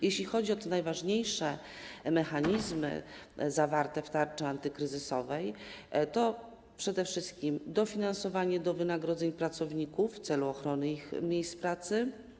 Jeśli chodzi o te najważniejsze mechanizmy zawarte w tarczy antykryzysowej, to przede wszystkim chodzi tu o dofinansowanie wynagrodzeń pracowników w celu ochrony ich miejsc pracy.